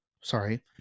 sorry